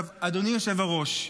אדוני היושב-ראש,